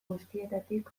guztietatik